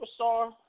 superstar